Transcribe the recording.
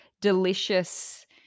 delicious